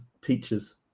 teachers